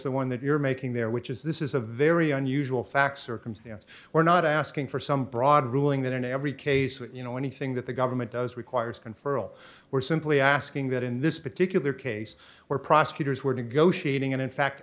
the one that you're making there which is this is a very unusual fact circumstance we're not asking for some broad ruling that in every case you know anything that the government does requires conferral we're simply asking that in this particular case where prosecutors were negotiating and in fact